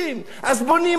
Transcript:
אז בונים מהר.